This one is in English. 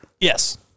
Yes